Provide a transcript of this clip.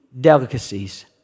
delicacies